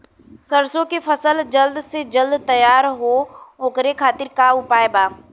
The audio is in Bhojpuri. सरसो के फसल जल्द से जल्द तैयार हो ओकरे खातीर का उपाय बा?